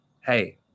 hey